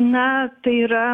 na tai yra